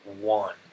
one